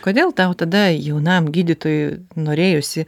kodėl tau tada jaunam gydytojui norėjosi